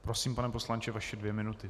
Prosím, pane poslanče, vaše dvě minuty.